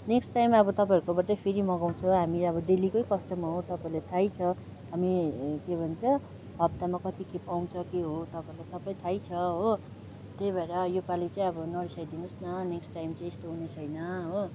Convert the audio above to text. next time अब तपाईँहरूकोबाटै फेरि मगाउँछौँ हामी अब डेलीकै कस्टमर हो तपाईँलाई थाहै छ हामी के भन्छ हप्तामा कति खेप आउँछ के हो तपाईँलाई सबै थाहै छ हो त्यही भएर यसपालि चाहिँ अब नरिसाइदिनु होस् न नेक्स्ट टाइम चाहिँ यस्तो हुने छैन हो